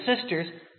sisters